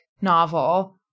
novel